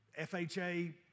FHA